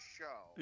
show